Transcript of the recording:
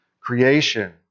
creation